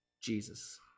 Jesus